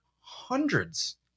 hundreds